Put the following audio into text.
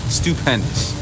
stupendous